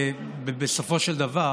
בסופו של דבר